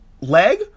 leg